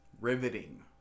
riveting